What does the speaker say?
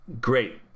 Great